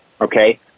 okay